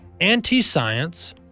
anti-science